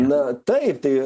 na taip tai